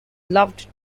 loved